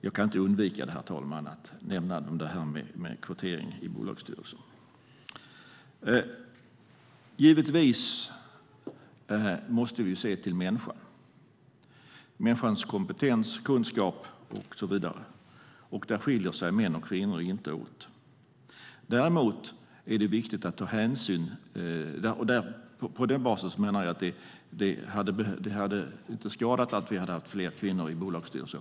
Jag kan inte underlåta att nämna kvotering till bolagsstyrelser. Givetvis måste vi se till människan och dess kompetens, kunskap och så vidare. Där skiljer sig män och kvinnor inte åt. På basis av detta menar jag att det inte hade skadat om vi hade haft fler kvinnor i bolagsstyrelser.